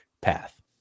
path